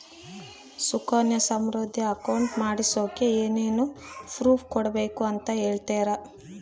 Sukanya Samriddhi account ಮಾಡಿಸೋಕೆ ಏನೇನು proof ಕೊಡಬೇಕು ಅಂತ ಹೇಳ್ತೇರಾ?